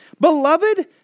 Beloved